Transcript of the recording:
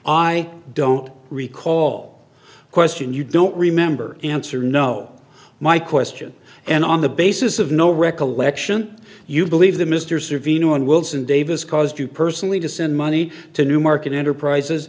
i don't recall a question you don't remember answer no my question and on the basis of no recollection you believe that mr survie no one wilson davis caused you personally to send money to newmarket enterprises